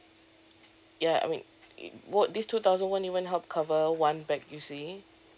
ya I mean it won't this two thousand won't even help cover one bag you see